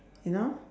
you know